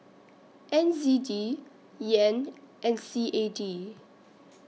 N Z D Yen and C A D